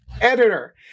editor